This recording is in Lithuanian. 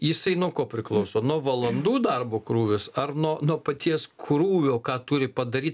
jisai nuo ko priklauso nuo valandų darbo krūvis ar nuo nuo paties krūvio ką turi padaryt